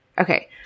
Okay